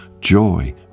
joy